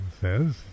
says